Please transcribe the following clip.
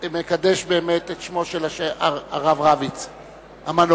אתה מקדש באמת את שמו של הרב רביץ המנוח.